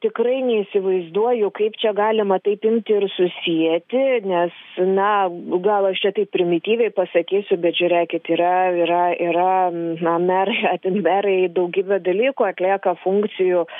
tikrai neįsivaizduoju kaip čia galima taip imti ir susieti nes na gal aš čia taip primityviai pasakysiu bet žiūrėkit yra yra yra na merai ar ten merai daugybę dalykų atlieka funkcijų